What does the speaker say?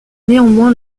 néanmoins